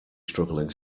struggling